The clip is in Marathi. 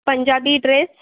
पंजाबी ड्रेस